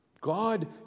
God